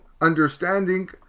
understanding